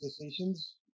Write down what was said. decisions